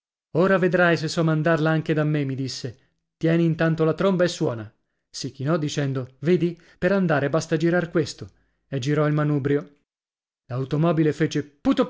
ora vedrai se so mandarla anche da me mi disse tieni intanto la tromba e suona sì chinò dicendo vedi per andare basta girar questo e girò il manubrio l'automobile fece